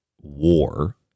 war